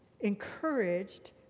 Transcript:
encouraged